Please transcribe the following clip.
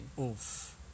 Oof